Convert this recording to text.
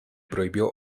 prohibió